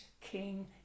King